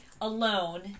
alone